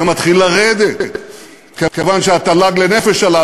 זה מתחיל לרדת כיוון שהתל"ג לנפש עלה